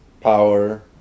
power